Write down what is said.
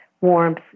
warmth